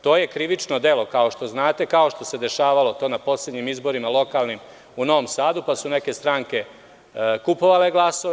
To je krivično delo, kao što znate, kao što se dešavalo to na poslednjim izborima lokalnim u Novom Sadu, pa su neke stranke kupovale glasove.